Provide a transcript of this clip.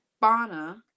bana